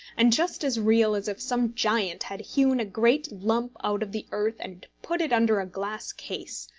and just as real as if some giant had hewn a great lump out of the earth and put it under a glass case,